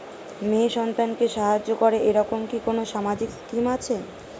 মেয়ে সন্তানকে সাহায্য করে এরকম কি কোনো সামাজিক স্কিম আছে?